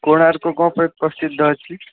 କୋଣାର୍କ କ'ଣ ପାଇଁ ପ୍ରସିଦ୍ଧ ଅଛି